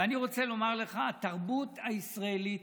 ואני רוצה לומר לך, התרבות הישראלית